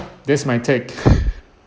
that's my take